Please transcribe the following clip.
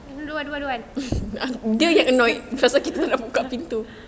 don't want don't want don't want